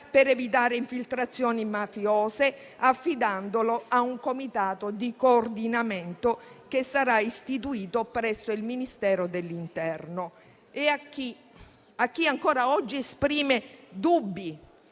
per evitare infiltrazioni mafiose, affidandolo a un comitato di coordinamento che sarà istituito presso il Ministero dell'interno. A chi ancora oggi esprime dubbi,